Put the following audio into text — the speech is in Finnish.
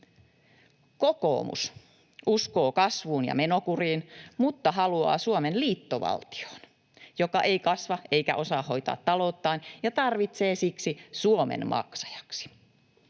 Kokoomus uskoo kasvuun ja menokuriin mutta haluaa Suomen liittovaltioon, joka ei kasva eikä osaa hoitaa talouttaan ja tarvitsee siksi Suomen maksajaksi.